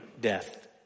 death